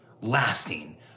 lasting